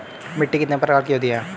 मिट्टी कितने प्रकार की होती हैं?